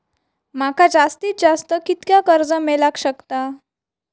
माका जास्तीत जास्त कितक्या कर्ज मेलाक शकता?